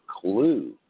clue